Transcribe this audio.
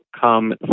come